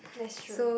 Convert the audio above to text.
that's true